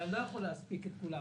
אבל אני לא יכול להספיק את כולן.